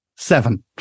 Seven